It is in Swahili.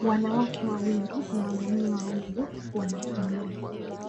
Wanawake wawili na wanaume wawili wanakimbia.